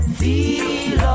feel